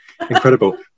Incredible